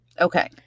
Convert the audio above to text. okay